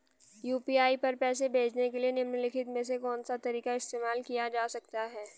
UPI पर पैसे भेजने के लिए निम्नलिखित में से कौन सा तरीका इस्तेमाल किया जा सकता है?